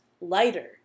lighter